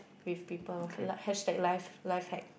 with people li~ hashtag life life hack